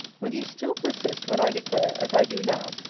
will you still persist, when i declare, as i do now,